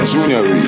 Junior